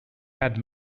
had